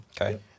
Okay